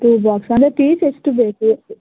two ಬಾಕ್ಸಾ ಅಂದರೆ piece ಎಷ್ಟು ಬೇಕು